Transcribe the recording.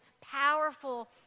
powerful